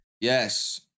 Yes